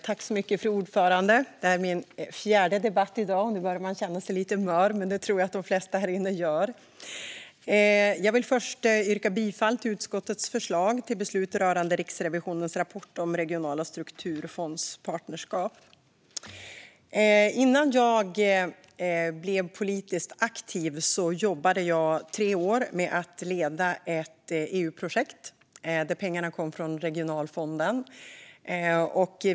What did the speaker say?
Fru talman! Detta är min fjärde debatt i dag. Nu börjar man känna sig lite mör; det tror jag att de flesta här inne gör. Jag vill först yrka bifall till utskottets förslag till beslut rörande Riksrevisionens rapport om regionala strukturfondspartnerskap. Innan jag blev politiskt aktiv jobbade jag i tre år med att leda ett EU-projekt, där pengarna kom från Regionalfonden.